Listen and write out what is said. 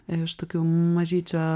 iš tokių mažyčių